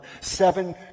Seven